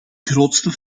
grootste